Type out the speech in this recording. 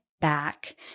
back